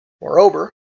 Moreover